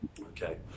Okay